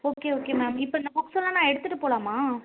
okay okay ma'am இப்போ இந்த புக்ஸெல்லாம் நான் எடுத்துகிட்டு போகலாமா